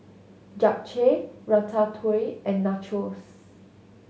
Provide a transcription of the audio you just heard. Japchae Ratatouille and Nachos